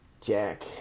Jack